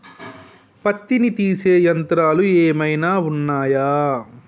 పత్తిని తీసే యంత్రాలు ఏమైనా ఉన్నయా?